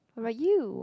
how about you